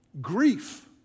grief